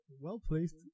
well-placed